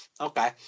Okay